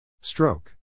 Stroke